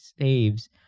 saves